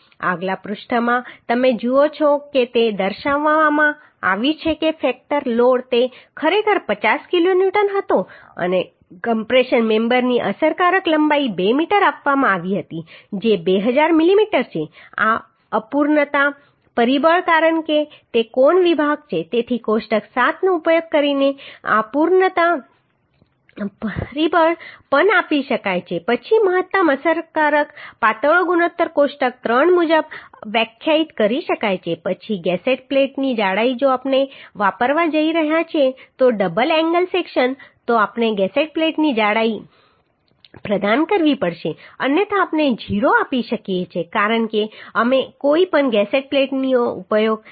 આગલા પૃષ્ઠમાં તમે જુઓ છો કે તે દર્શાવવામાં આવ્યું છે કે ફેક્ટર લોડ તે ખરેખર 50 કિલોન્યુટન હતો અને કમ્પ્રેશન મેમ્બરની અસરકારક લંબાઈ 2 મીટર આપવામાં આવી હતી જે 2000 મિલીમીટર છે અપૂર્ણતા પરિબળ કારણ કે તે કોણ વિભાગ છે તેથી કોષ્ટક 7 નો ઉપયોગ કરીને અપૂર્ણતા પરિબળ પણ આપી શકાય છે પછી મહત્તમ અસરકારક પાતળો ગુણોત્તર કોષ્ટક 3 મુજબ વ્યાખ્યાયિત કરી શકાય છે પછી ગસેટ પ્લેટની જાડાઈ જો આપણે વાપરવા જઈ રહ્યા છીએ તો ડબલ એંગલ સેક્શન તો આપણે ગસેટ પ્લેટની જાડાઈ પ્રદાન કરવી પડશે અન્યથા આપણે 0 આપી શકીએ છીએ કારણ કે અમે કોઈપણ ગસેટ પ્લેટનો ઉપયોગ કરતા નથી